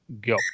go